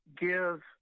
give